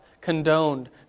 condoned